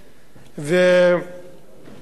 יחד עם זאת,